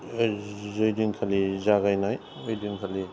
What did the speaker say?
जै दिनखालि जागायनाय ओइदिनखालि